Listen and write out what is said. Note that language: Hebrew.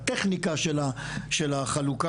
הטכניקה של החלוקה,